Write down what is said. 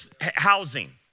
housing